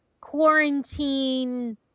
quarantine